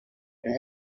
and